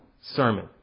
sermon